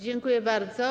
Dziękuję bardzo.